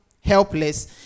helpless